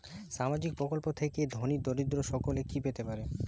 সামাজিক প্রকল্প থেকে ধনী দরিদ্র সকলে কি পেতে পারে?